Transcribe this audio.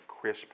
crisp